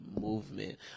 movement